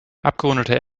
abgerundete